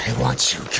want you